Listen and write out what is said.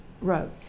wrote